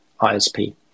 ISP